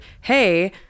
hey